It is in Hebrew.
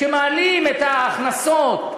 כשמעלים את ההכנסות,